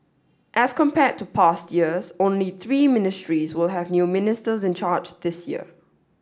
as compared to past years only three ministries will have new ministers in charge this year